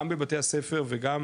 גם בבתי הספר וגם